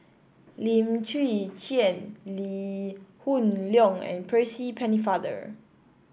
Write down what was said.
Lim Chwee Chian Lee Hoon Leong and Percy Pennefather